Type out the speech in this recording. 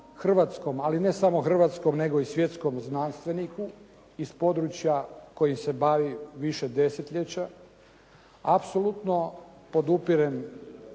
ali ne samo hrvatskom nego i svjetskom znanstveniku iz područja kojim se bavi više desetljeća, apsolutno podupirem